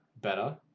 better